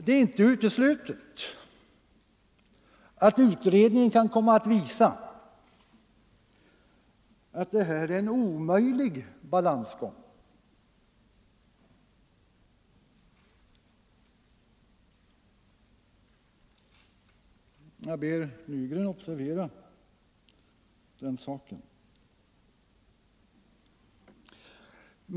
Det är inte uteslutet att utredningen kan komma att visa att detta är en omöjlig balansgång — jag ber herr Nygren observera det.